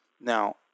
Now